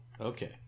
Okay